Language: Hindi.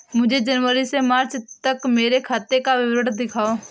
मुझे जनवरी से मार्च तक मेरे खाते का विवरण दिखाओ?